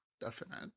definite